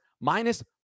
minus